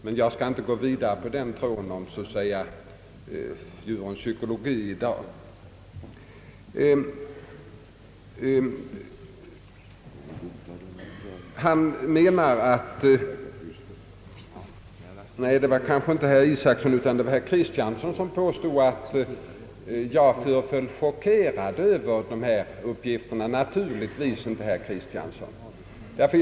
Men jag skall inte spinna vidare på tråden om djurens psykologi i dag. Herr Kristiansson påstod att jag föreföll chockerad över hans uppgifter. Naturligtvis inte, herr Kristiansson.